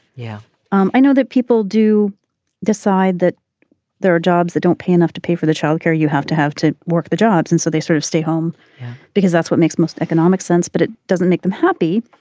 yeah um i know that people do decide that there are jobs that don't pay enough to pay for the childcare you have to have to work the jobs and so they sort of stay home because that's what makes most economic sense but it doesn't make them happy.